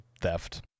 theft